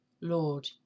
Lord